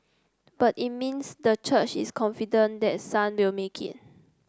but it means the church is confident that Sun will make it